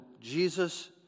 Jesus